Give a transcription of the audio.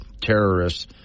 Terrorists